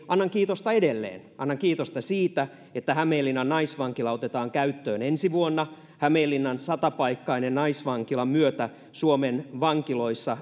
annan kiitosta edelleen annan kiitosta siitä että hämeenlinnan naisvankila otetaan käyttöön ensi vuonna hämeenlinnan satapaikkaisen naisvankilan myötä suomen vankiloissa